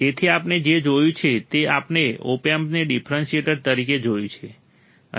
તેથી આપણે જે જોયું છે તે આપણે ઓપએમ્પને ડિફરન્શિએટર તરીકે જોયું છે